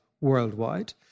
worldwide